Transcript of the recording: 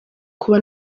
kuba